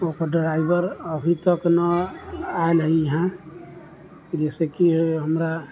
ओकर ड्राइवर अभी तक नऽ आयल हय इहाँ जाहिसे कि हमरा